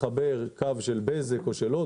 מחבר קו של בזק או של הוט,